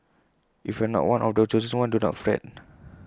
if you are not one of the chosen ones do not fret